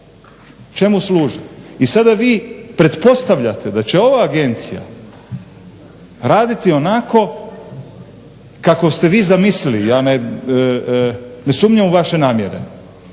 Čemu služe? I sada vi pretpostavljate da će ova agencija raditi onako kako ste vi zamislili. Ja ne sumnjam u vaše namjere,